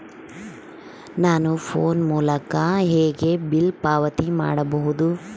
ನನ್ನ ಫೋನ್ ಮೂಲಕ ಹೇಗೆ ಬಿಲ್ ಪಾವತಿ ಮಾಡಬಹುದು?